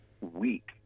weak